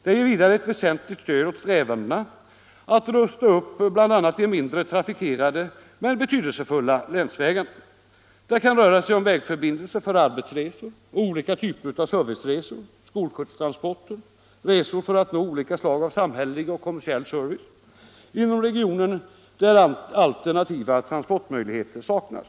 Det ger vidare ett väsentligt stöd åt strävandena att rusta upp bl.a. de mindre trafikerade men betydelsefulla länsvägarna. Det kan röra sig om vägförbindelser för arbetsresor och olika typer av serviceresor — skolskjutstransporter, resor för att nå olika slag av samhällelig och kommersiell service — inom regioner där alternativa transportmöjligheter saknas.